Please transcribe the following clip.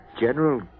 General